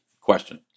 question